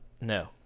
No